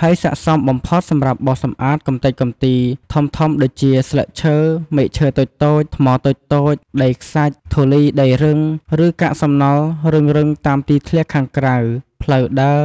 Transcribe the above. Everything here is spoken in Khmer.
ហើយស័ក្តិសមបំផុតសម្រាប់បោសសម្អាតកម្ទេចកំទីធំៗដូចជា ស្លឹកឈើ មែកឈើតូចៗ ថ្មតូចៗ ដីខ្សាច់ ធូលីដីរឹង ឬកាកសំណល់រឹងៗ តាមទីធ្លាខាងក្រៅ ផ្លូវដើរ